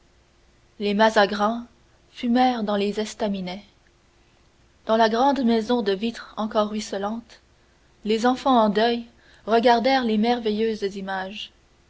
les mazagrans fumèrent dans les estaminets dans la grande maison de vitres encore ruisselante les enfants en deuil regardèrent les merveilleuses images